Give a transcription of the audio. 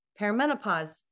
perimenopause